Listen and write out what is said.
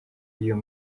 iyo